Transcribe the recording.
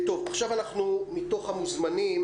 עכשיו מתוך המוזמנים